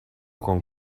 con